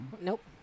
Nope